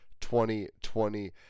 2020